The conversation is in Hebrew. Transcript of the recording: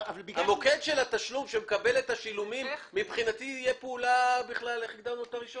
מוקד התשלום שמקבל את התשלומים מבחינתי יהיה פעולה תפעולית.